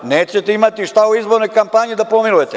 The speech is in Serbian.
Nećete imati šta u izbornoj kampanji da pomilujete.